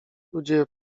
ludzie